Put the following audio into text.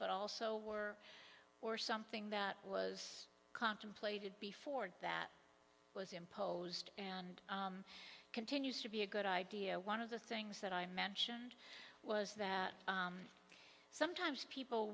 but also were or something that was contemplated before that was imposed and continues to be a good idea one of the things that i mentioned was that sometimes people